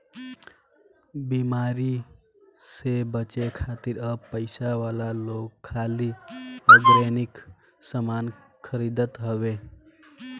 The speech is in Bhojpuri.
बेमारी से बचे खातिर अब पइसा वाला लोग खाली ऑर्गेनिक सामान खरीदत हवे